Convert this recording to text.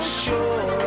sure